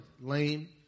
lame